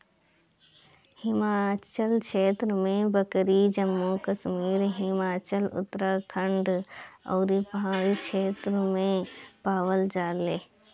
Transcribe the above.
हिमालय क्षेत्र में बकरी जम्मू कश्मीर, हिमाचल, उत्तराखंड अउरी पहाड़ी क्षेत्र में पावल जाले